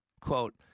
Quote